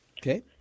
Okay